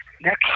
next